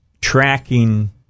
tracking